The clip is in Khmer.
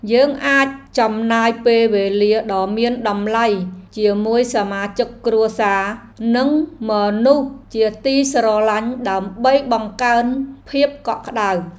យើងអាចចំណាយពេលវេលាដ៏មានតម្លៃជាមួយសមាជិកគ្រួសារ និងមនុស្សជាទីស្រឡាញ់ដើម្បីបង្កើនភាពកក់ក្តៅ។